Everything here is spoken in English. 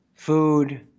Food